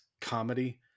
comedy